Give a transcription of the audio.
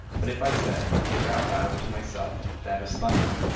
but if i say, either out loud or to myself, that is thunder,